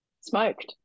smoked